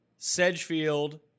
Sedgefield